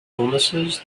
illnesses